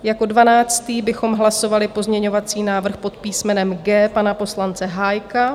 Jako dvanáctý bychom hlasovali pozměňovací návrh pod písmenem G pana poslance Hájka.